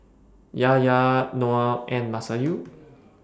Yahya Noah and Masayu